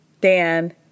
Dan